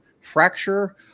fracture